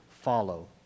follow